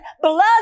blood